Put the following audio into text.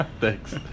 Thanks